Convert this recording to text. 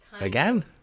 Again